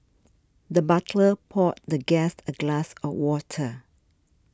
the butler poured the guest a glass of water